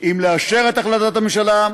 אם לאשר את החלטת הממשלה,